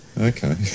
okay